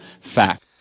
Fact